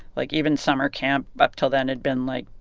like, even summer camp up till then had been, like,